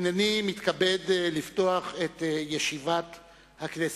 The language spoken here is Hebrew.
הנני מתכבד לפתוח את ישיבת הכנסת.